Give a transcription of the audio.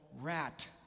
rat